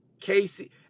Casey